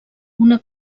una